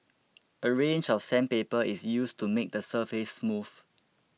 a range of sandpaper is used to make the surface smooth